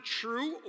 true